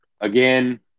again